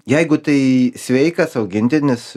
jeigu tai sveikas augintinis